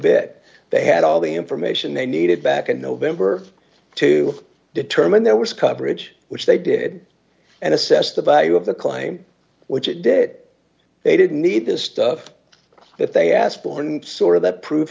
bed they had all the information they needed back in november to determine there was coverage which they did and assess the value of the claim which it did they didn't need this stuff if they asked bourne sort of that proof